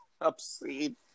obscene